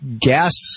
gas